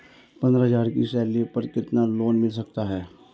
पंद्रह हज़ार की सैलरी पर कितना लोन मिल सकता है?